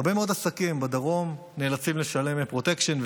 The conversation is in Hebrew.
הרבה מאוד עסקים בדרום נאלצים לשלם פרוטקשן.